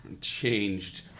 changed